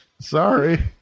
Sorry